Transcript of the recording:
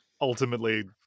ultimately